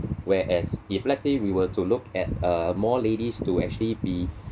whereas if let's say we were to look at uh more ladies to actually be